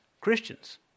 Christians